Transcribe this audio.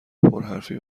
پرحرفی